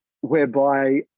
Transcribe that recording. whereby